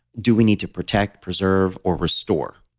do we need to protect, preserve, or restore?